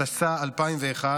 התשס"א 2001,